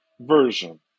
version